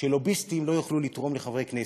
שלוביסטים לא יוכלו לתרום לחברי כנסת.